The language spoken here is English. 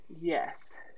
Yes